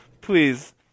please